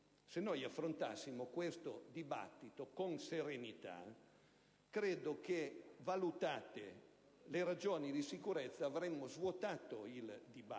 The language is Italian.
se noi affrontassimo questo dibattito con serenità credo che, valutate le ragioni di sicurezza, avremmo svuotato il dibattito.